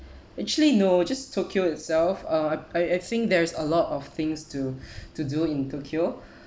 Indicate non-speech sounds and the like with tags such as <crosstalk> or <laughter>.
actually no just tokyo itself uh I I think there's a lot of things to <breath> to do in tokyo <breath>